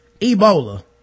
ebola